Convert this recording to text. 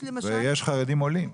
ויש חרדים עולים.